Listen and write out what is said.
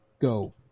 go